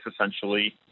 essentially